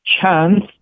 chance